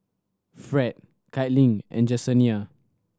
Fred Caitlynn and Jesenia